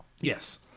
Yes